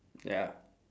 ya